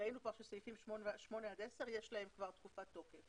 ראינו כבר שסעיפים 8 עד 10, כבר יש להם תקופת תוקף